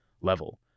level